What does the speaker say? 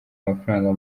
amafaranga